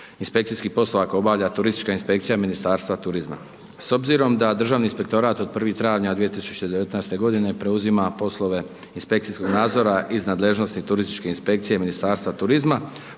inspekcijski posao ako obavlja turistička inspekcija Ministarstva turizma. S obzirom da Državni inspektorat od 01. travnja 2019. godine preuzima poslove inspekcijskog nadzora iz nadležnosti turističke inspekcije Ministarstva turizma,